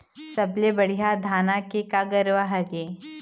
सबले बढ़िया धाना के का गरवा हर ये?